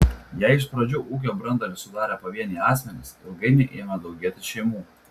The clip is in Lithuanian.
jei iš pradžių ūkio branduolį sudarė pavieniai asmenys ilgainiui ėmė daugėti šeimų